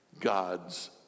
God's